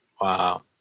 Wow